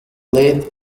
late